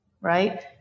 right